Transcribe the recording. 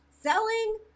selling